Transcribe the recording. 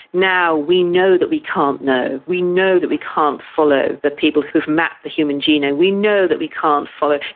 now we know that we can't know, we know that we can't follow the people who have mapped the human genome, we know that we can't follow,